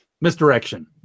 misdirection